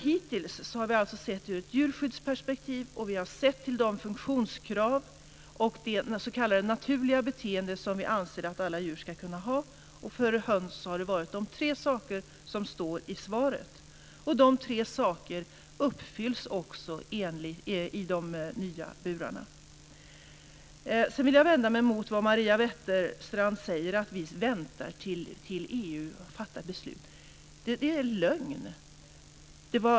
Hittills har vi alltså sett det ur ett djurskyddsperspektiv, och vi har sett till de funktionskrav och det s.k. naturliga beteende som vi anser att alla djur ska kunna ha, och för höns har det varit de tre saker som står i svaret. De tre sakerna uppfylls också i och med de nya burarna. Sedan vill jag vända mig mot vad Marietta de Pourbaix-Lundin säger om att vi väntar tills EU fattar beslut.